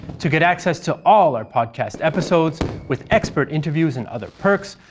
to get access to all our podcast episodes with expert interviews and other perks,